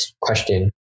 question